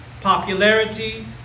popularity